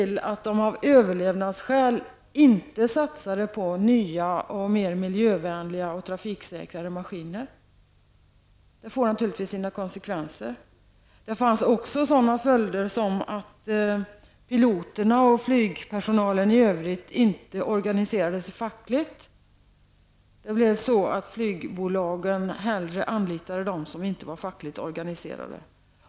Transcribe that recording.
För att kunna överleva lät man bli att satsa på nya samt mera miljövänliga och trafiksäkra maskiner. Naturligtvis får sådant konsekvenser. En följd var att piloterna och övrig flygpersonal inte organiserade sig fackligt. Flygbolagen föredrog att anlita människor som inte var fackligt organiserade.